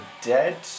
dead